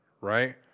right